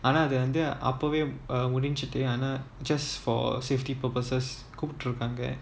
ஆனா அது வந்து அப்போவே ஓடிச்சிட்டு:aanaa athu vanthu appove odichitu just for safety purposes கூப்டுருக்காங்க:koopturukaanga